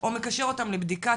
או מקשר אותם לבדיקה,